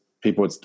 people